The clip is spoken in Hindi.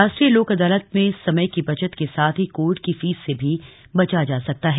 राष्ट्रीय लोक अदालत में समय की बचत के साथ ही कोर्ट की फीस से भी बचा जा सकता है